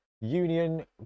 Union